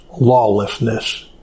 lawlessness